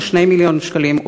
או 2 מיליון שקלים,